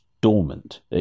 dormant